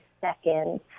second